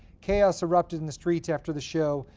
chaos erupted in the streets after the show,